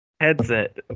headset